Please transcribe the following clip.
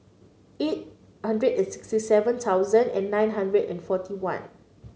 eight hundred and sixty seven thousand and nine hundred and forty one